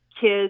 kids